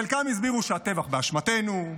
חלקם הסבירו שהטבח היה באשמתנו,